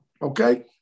Okay